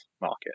market